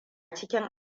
cikin